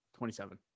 27